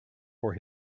for